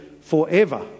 forever